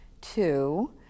Two